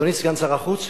אדוני סגן שר החוץ,